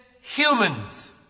humans